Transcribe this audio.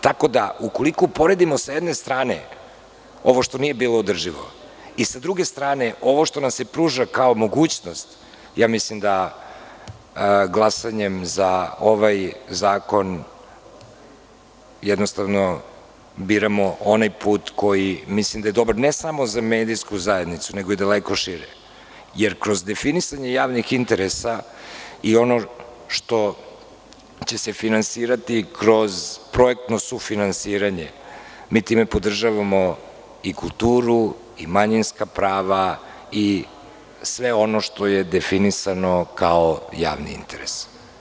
Tako da, ukoliko uporedimo sa jedne strane ovo što nije bilo održivo i sa druge strane ovo što nam se pruža kao mogućnost, ja mislim da glasanjem ovaj zakon jednostavno biramo onaj put koji mislim da je dobar, ne samo za medijsku zajednicu, nego i daleko šire, jer definisanje javnih interesa i ono što će se finansirati kroz projektno sufinansiranje, mi time podržavamo i kulturu i manjinska prava i sve ono što je definisano kao javni interes.